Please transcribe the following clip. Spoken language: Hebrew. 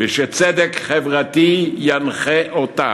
ושצדק חברתי ינחה אותה,